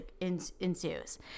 ensues